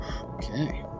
okay